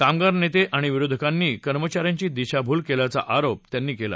कामगार नेते आणि विरोधकांनी कर्मचाऱ्यांची दिशाभूल केल्याचा आरोप त्यांनी केला